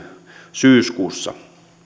syyskuussa